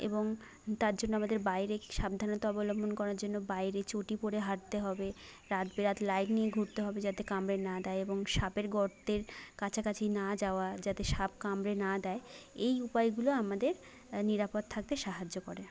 এবং তার জন্য আমাদের বাইরে সাবধানতা অবলম্বন করার জন্য বাইরে চটি পরে হাঁটতে হবে রাত বেরাতে লাইট নিয়ে ঘুরতে হবে যাতে কামড়ে না দেয় এবং সাপের গর্তের কাছাকাছি না যাওয়া যাতে সাপ কামড়ে না দেয় এই উপায়গুলো আমাদের নিরাপদ থাকতে সাহায্য করে